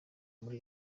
muri